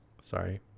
Sorry